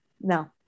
No